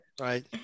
Right